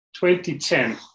2010